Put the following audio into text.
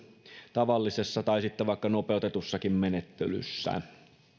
tavallisessa tai sitten vaikka nopeutetussakin menettelyssä